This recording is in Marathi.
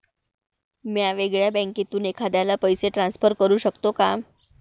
म्या वेगळ्या बँकेतून एखाद्याला पैसे ट्रान्सफर करू शकतो का?